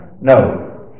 No